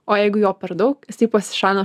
o jeigu jo per daug jisai pasišalina